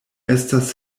estas